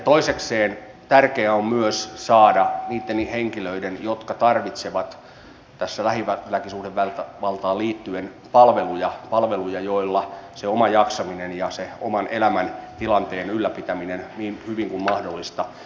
toisekseen tärkeää on myös saada palveluja niille henkilöille jotka niitä tarvitsevat lähisuhdeväkivaltaan liittyen jotta se oma jaksaminen ja se oman elämäntilanteen ylläpitäminen mahdollistuvat niin hyvin kuin mahdollista